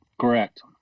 Correct